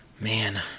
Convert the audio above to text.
Man